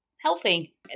healthy